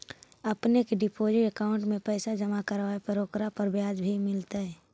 अपने के deposit account में पैसे जमा करवावे पर ओकरा पर ब्याज भी मिलतई